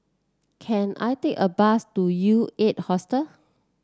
can I take a bus to U Eight Hostel